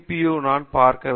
you நாம் பார்க்கவில்லை